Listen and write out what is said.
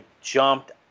jumped